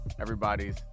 everybody's